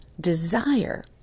desire